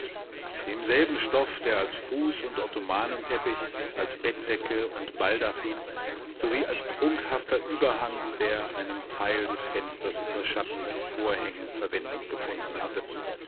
demselben stoff der als fuß und ottomanenteppich als bettdecke und baldachin sowie als prunkhafter überhang der einen teil des fensters überschattenden vorhänge verwendung gefunden hatte